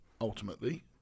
ultimately